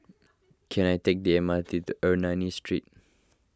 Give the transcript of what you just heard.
can I take the M R T to Ernani Street